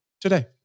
today